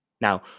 Now